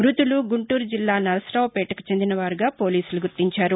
మ్బతులు గుంటూరు జిల్లా నరసరావుపేటకు చెందిన వారిగా పోలీసులు గుర్తించారు